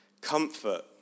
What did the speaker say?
comfort